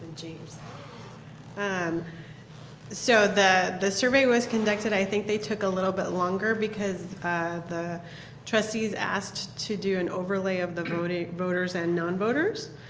and so the the survey was conducted. i think they took a little bit longer because the trustees ask to do and overlay of the voters voters and nonvoters.